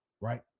right